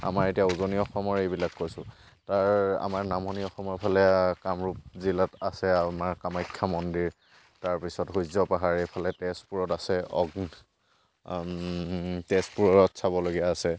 আমাৰ এতিয়া উজনি অসমৰ এইবিলাক কৈছোঁ তাৰ আমাৰ নামনি অসমৰ ফালে কামৰূপ জিলাত আছে আৰু মা কামাখ্যাৰ মন্দিৰ তাৰপিছত সূৰ্য্য পাহাৰ এইফালে তেজপুৰত আছে অগ্নিগড় তেজপুৰৰ চাবলগীয়া আছে